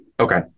Okay